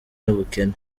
n’ubukene